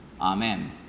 amen